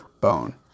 bone